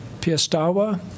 Piestawa